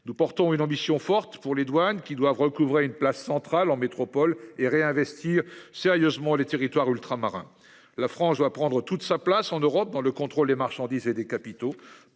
nous portons une ambition forte pour les douanes qui doivent recouvrer une place centrale en métropole et réinvestir sérieusement les territoires ultramarins, la France doit prendre toute sa place en Europe dans le contrôle des marchandises et des capitaux